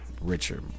richer